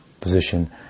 position